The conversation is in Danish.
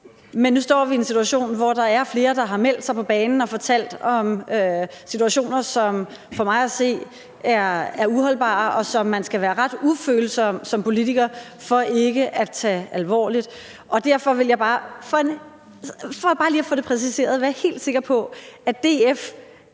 Men nu står vi i en situation, hvor der er flere, der har meldt sig på banen og har fortalt om situationer, som for mig at se er uholdbare, og som man skal være ret ufølsom som politiker for ikke at tage alvorligt. Derfor vil jeg bare for lige at få det præciseret være helt sikker på, at DF,